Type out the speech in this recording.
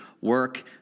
work